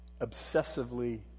obsessively